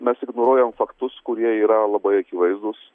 mes ignoruojam faktus kurie yra labai akivaizdūs